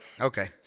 Okay